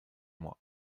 mois